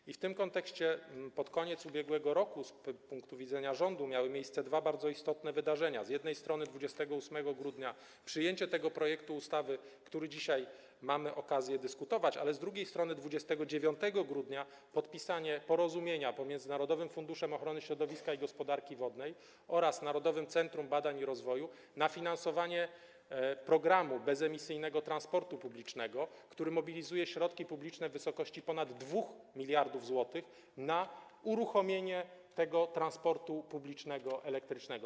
I w tym kontekście pod koniec ubiegłego roku, z punktu widzenia rządu, miały miejsce dwa bardzo istotne wydarzenia: z jednej strony 28 grudnia było przyjęcie tego projektu ustawy, o którym dzisiaj mamy okazję dyskutować, ale z drugiej strony 29 grudnia nastąpiło podpisanie porozumienia pomiędzy Narodowym Funduszem Ochrony Środowiska i Gospodarki Wodnej oraz Narodowym Centrum Badań i Rozwoju w sprawie finansowania programu bezemisyjnego transportu publicznego, który mobilizuje środki publiczne w wysokości ponad 2 mld zł na uruchomienie tego transportu publicznego elektrycznego.